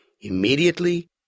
immediately